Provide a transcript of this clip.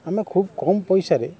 ଆମେ ଖୁବ୍ କମ୍ ପଇସାରେ